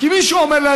כי מישהו אומר להם.